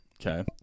Okay